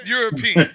European